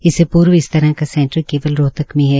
इससे पूर्व हर तरह का सेंटर केवल रोहतक में है